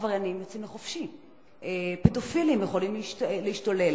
עבריינים יוצאים לחופשי, פדופילים יכולים להשתולל.